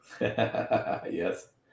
Yes